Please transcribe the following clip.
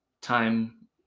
time